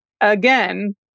Again